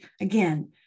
Again